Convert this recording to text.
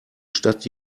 stadt